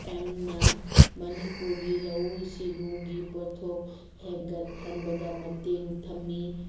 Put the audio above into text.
ꯑꯦꯝꯅ ꯃꯅꯤꯄꯨꯔꯒꯤ ꯂꯧꯎ ꯁꯤꯡꯎꯒꯤ ꯄꯣꯠꯊꯣꯛ ꯍꯦꯟꯒꯠꯍꯟꯕꯗ ꯃꯇꯦꯡ ꯊꯝꯃꯤ